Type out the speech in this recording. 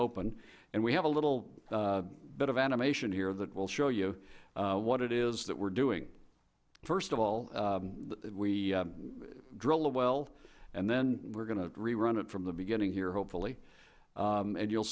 open and we have a little bit of animation here that will show you what it is that we're doing first of all we drill the well and then we're going to rerun it from the beginning here hopefully and you'll